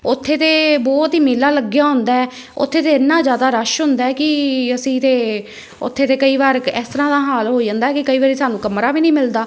ਉੱਥੇ ਤਾਂ ਬਹੁਤ ਹੀ ਮੇਲਾ ਲੱਗਿਆ ਹੁੰਦਾ ਹੈ ਉੱਥੇ ਤਾਂ ਇੰਨਾ ਜ਼ਿਆਦਾ ਰਸ਼ ਹੁੰਦਾ ਕਿ ਅਸੀਂ ਅਤੇ ਉੱਥੇ ਤਾਂ ਕਈ ਵਾਰ ਇਸ ਤਰ੍ਹਾਂ ਦਾ ਹਾਲ ਹੋ ਜਾਂਦਾ ਕਿ ਕਈ ਵਾਰੀ ਸਾਨੂੰ ਕਮਰਾ ਵੀ ਨਹੀਂ ਮਿਲਦਾ